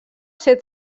ser